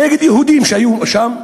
נגד יהודים שהיו שם?